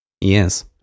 Yes